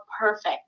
perfect